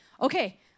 okay